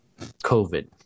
COVID